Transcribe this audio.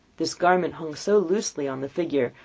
this garment hung so loosely on the figure,